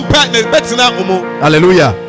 Hallelujah